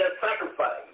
sacrifice